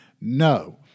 no